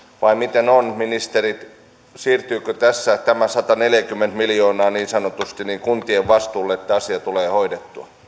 vai miten on ministeri siirtyykö tässä tämä sataneljäkymmentä miljoonaa niin sanotusti kuntien vastuulle että asia tulee hoidettua